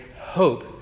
Hope